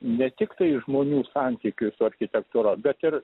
ne tiktai žmonių santykiui su architektūra bet ir